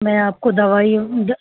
میں آپ کو دوائی عمدہ